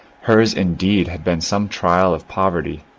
hers indeed had been some trial of poverty,